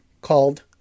called